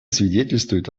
свидетельствует